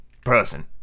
Person